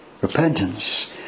repentance